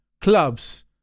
clubs